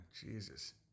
Jesus